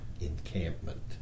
encampment